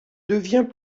devient